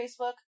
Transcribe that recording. Facebook